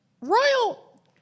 Royal